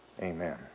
Amen